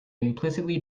implicitly